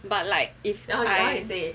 but like if I say